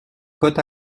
côte